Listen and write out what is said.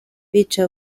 bica